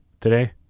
today